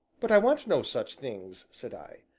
but i want no such things, said i.